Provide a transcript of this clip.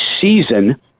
season